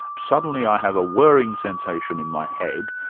suddenly i have a whirring sensation in my head,